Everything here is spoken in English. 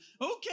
okay